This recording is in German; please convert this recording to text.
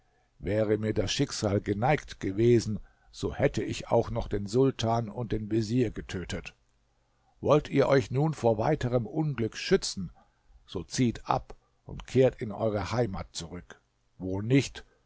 wäre mir das schicksal geneigt gewesen so hätte ich auch noch den sultan und den vezier getötet wollt ihr euch nun vor weiterem unglück schützen so zieht ab und kehrt in eure heimat zurück wo nicht